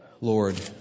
Lord